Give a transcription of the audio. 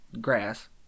grass